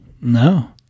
No